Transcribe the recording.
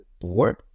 board